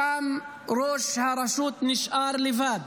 שם ראש הרשות נשאר לבד